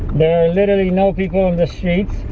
there are literally no people on the streets.